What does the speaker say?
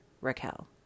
Raquel